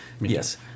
Yes